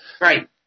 Right